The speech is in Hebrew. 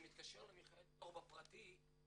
אני מתקשר למיכאל דור בפרטי,